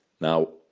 now